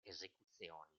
esecuzioni